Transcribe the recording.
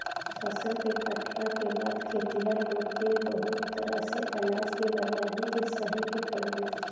फसल के काटला के बाद खेतिहर लोग के बहुत तरह से अनाज के बर्बादी के सहे के पड़ेला